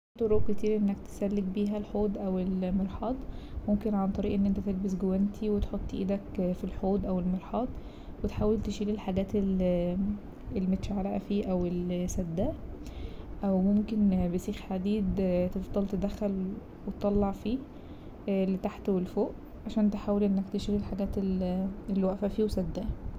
طرق كتير انك تسلك بيها الحوض أو المرحاض ممكن عن طريق انك تلبس جوانتي وتحط ايدك في الحوض أو المرحاض وتحاول تشيل الحاجات ال- المتشعلقه فيه أو اللي سداه أو ممكن بسيخ حديد تفضل تدخل وتطلع فيه لتحت ولفوق عشان تحاول انك تشيل الحاجات اللي واقفه فيه وسداه.